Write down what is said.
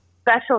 special